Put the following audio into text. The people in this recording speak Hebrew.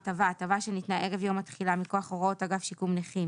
"הטבה" הטבה שניתנה ערב יום התחילה מכוח הוראות אגף שיקום נכים